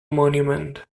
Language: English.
monument